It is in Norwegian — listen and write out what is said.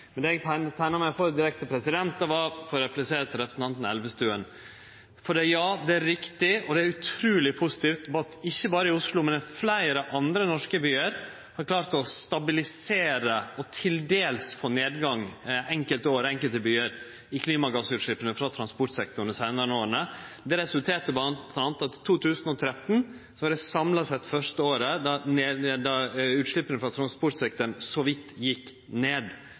Men det eg teikna meg for, direkte, var for å replisere til representanten Elvestuen. Ja, det er riktig og utruleg positivt at ikkje berre Oslo, men fleire andre norske byar har klart å stabilisere – til dels har det vore nedgang enkelte år i enkelte byar – klimagassutsleppa frå transportsektoren dei seinare åra. Det resulterte bl.a. i at 2013 samla sett var det første året då utsleppa frå transportsektoren så vidt gjekk ned.